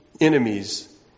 enemies